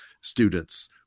students